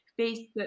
Facebook